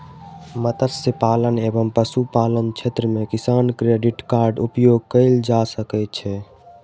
मत्स्य पालन एवं पशुपालन क्षेत्र मे किसान क्रेडिट कार्ड उपयोग कयल जा सकै छै